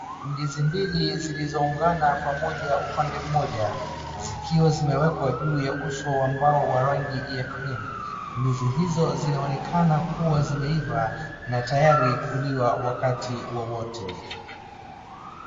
Ndizi mbili zilizoungana pamoja upande mmoja, zikiwa zimewekwa juu ya uso ambao ni rangi ya cream . Ndizi hizo zinaonekana kuwa zimeiva na tayari kuliwa wakati wowote.